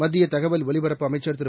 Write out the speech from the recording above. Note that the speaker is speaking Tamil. மத்திய தகவல் ஒலிபரப்பு அமைச்சர் திரு